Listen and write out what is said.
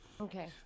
okay